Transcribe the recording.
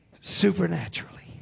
supernaturally